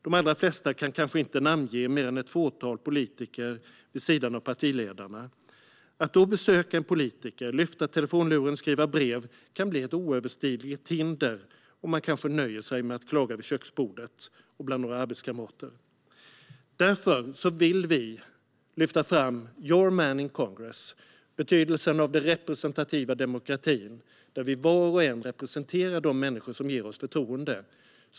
De allra flesta kan kanske inte namnge mer än ett fåtal politiker vid sidan av partiledarna. Att då besöka en politiker, lyfta telefonluren och skriva brev kan bli ett oöverstigligt hinder, och man kanske nöjer sig med att klaga vid köksbordet och bland några arbetskamrater. Därför vill vi lyfta fram your man in congress , betydelsen av den representativa demokratin där vi var och en representerar de människor som ger oss förtroende.